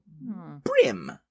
brim